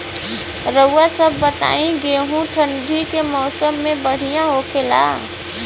रउआ सभ बताई गेहूँ ठंडी के मौसम में बढ़ियां होखेला?